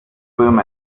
böhmen